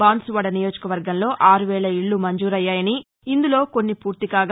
బాన్సువాడ నియోజకవర్గంలో ఆరువేల ఇల్లు మంజూరయ్యాయని ఇందులో కొన్ని పూర్తికాగా